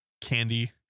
candy